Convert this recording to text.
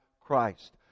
Christ